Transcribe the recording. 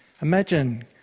Imagine